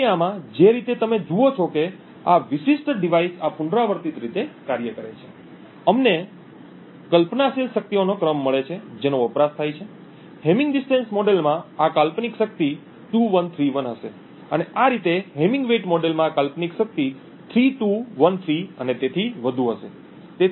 તેથી આમાં જે રીતે તમે જુઓ છો કે આ વિશિષ્ટ ડિવાઇસ આ પુનરાવર્તિત રીતે કાર્ય કરે છે અમને કલ્પનાશીલ શક્તિઓનો ક્રમ મળે છે જેનો વપરાશ થાય છે હેમિંગ ડિસ્ટન્સ મોડેલમાં આ કાલ્પનિક શક્તિ 2 1 3 1 હશે અને આ રીતે હેમિંગ વેઇટ મોડેલમાં કાલ્પનિક શક્તિ 3 2 1 3 અને તેથી વધુ હશે